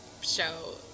show